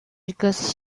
because